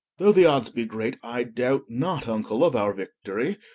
though the oddes be great, i doubt not, vnckle, of our victorie.